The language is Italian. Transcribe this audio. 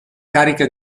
carica